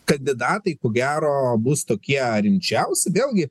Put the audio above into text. kandidatai ko gero bus tokie rimčiausi vėlgi